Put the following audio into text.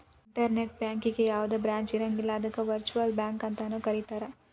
internet ಬ್ಯಾಂಕಿಗೆ ಯಾವ್ದ branch ಇರಂಗಿಲ್ಲ ಅದಕ್ಕ ವರ್ಚುಅಲ್ ಬ್ಯಾಂಕ ಅಂತನು ಕರೇತಾರ